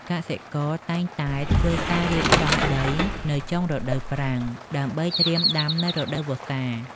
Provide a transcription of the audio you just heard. កសិករតែងតែធ្វើការរៀបចំដីនៅចុងរដូវប្រាំង ដើម្បីត្រៀមដាំនៅរដូវវស្សា។